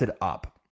up